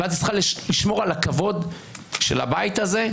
ואז היא צריכה לשמור על הכבוד של הבית הזה,